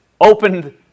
opened